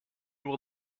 will